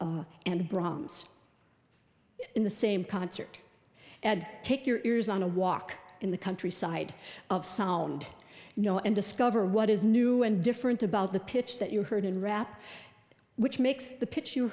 brahms in the same concert ad take your ears on a walk in the countryside of sound you know and discover what is new and different about the pitch that you heard in rap which makes the pitch you